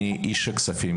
אלא איש כספים,